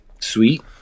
Sweet